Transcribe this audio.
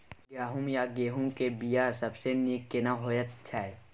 गहूम या गेहूं के बिया सबसे नीक केना होयत छै?